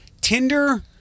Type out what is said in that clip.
Tinder